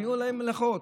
היו להם מלאכות.